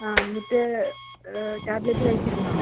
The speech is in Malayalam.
ആ എന്നിട്ട് ടാബ്ലറ്റ് കഴിച്ചിരുന്നോ